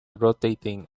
rotating